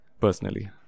personally